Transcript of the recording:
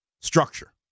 Structure